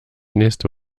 nächste